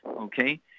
okay